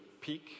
peak